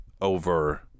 over